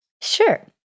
Sure